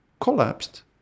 collapsed